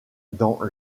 dans